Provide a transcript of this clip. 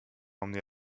emmener